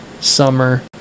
Summer